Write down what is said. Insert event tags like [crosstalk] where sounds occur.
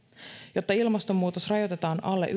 jotta ilmastonmuutos rajoitetaan alle [unintelligible]